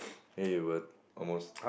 almost